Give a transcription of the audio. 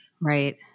Right